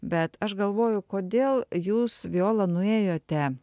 bet aš galvoju kodėl jūs viola nuėjote